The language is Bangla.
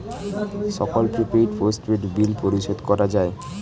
সকল প্রিপেইড, পোস্টপেইড বিল পরিশোধ করা যায়